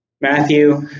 Matthew